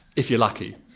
if you're lucky.